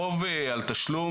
הרוב על תשלום.